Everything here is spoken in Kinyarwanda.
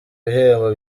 ibihembo